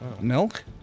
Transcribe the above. Milk